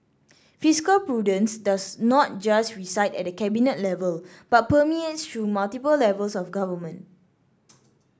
fiscal prudence does not just reside at the cabinet level but permeates through multiple levels of government